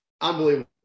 unbelievable